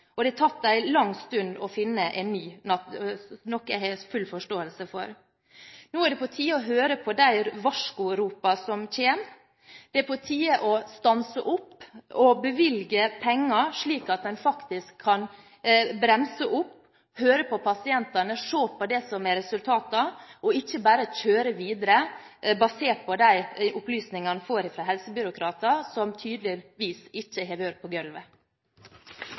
Og det har tatt en lang stund å finne en ny, noe jeg har full forståelse for. Nå er det på tide å høre på de varskuropene som kommer. Det er på tide å stanse opp og bevilge penger, slik at en faktisk kan bremse opp, høre på pasientene, se på resultatene, og ikke bare kjøre videre basert på de opplysningene en får fra helsebyråkratene, som tydeligvis ikke har vært på